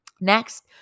Next